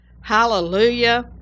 Hallelujah